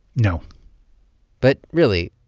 no but, really,